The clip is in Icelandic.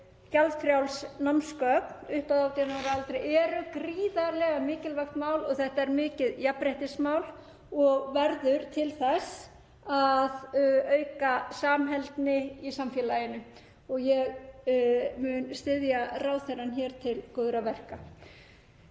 gjaldfrjáls námsgögn upp að 18 ára aldri séu gríðarlega mikilvægt mál. Þetta er mikið jafnréttismál og verður til þess að auka samheldni í samfélaginu. Ég mun styðja ráðherrann til góðra verka.